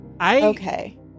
Okay